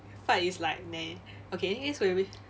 fight is like meh okay so